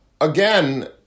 again